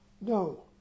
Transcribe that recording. No